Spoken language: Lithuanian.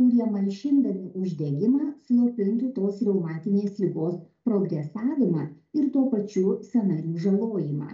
kurie malšindami uždegimą slopintų tos reumatinės ligos progresavimą ir tuo pačiu sąnarių žalojimą